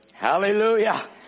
Hallelujah